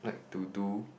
to do